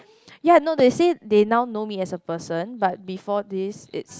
ya no they said they now know me as a person but before this is